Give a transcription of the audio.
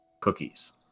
cookies